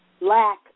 lack